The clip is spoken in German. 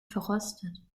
verrostet